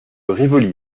rivoli